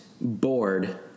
bored